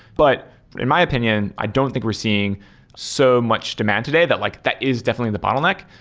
but in my opinion i don't think we're seeing so much demand today that like that is definitely the bottleneck.